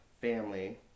family